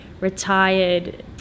retired